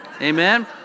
Amen